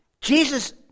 Jesus